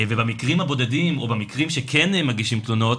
ובמקרים הבודדים או במקרים שכן מגישים תלונות,